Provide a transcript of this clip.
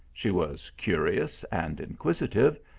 she was curious and inquisitive,